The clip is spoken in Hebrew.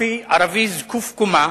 ערבי זקוף קומה